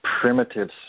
primitive